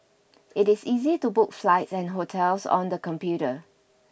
it is easy to book flights and hotels on the computer